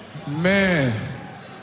Man